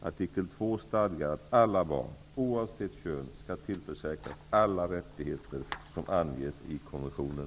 Artikel II stadgar att alla barn, oavsett kön, skall tillförsäkras alla rättigheter som anges i konventionen.